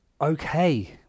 okay